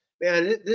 Man